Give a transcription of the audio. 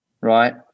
Right